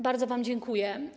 Bardzo wam dziękuję.